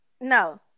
No